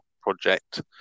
project